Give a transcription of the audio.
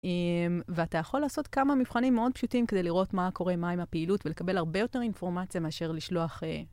ואתה יכול לעשות כמה מבחנים מאוד פשוטים כדי לראות מה קורה, מה עם הפעילות ולקבל הרבה יותר אינפורמציה מאשר לשלוח...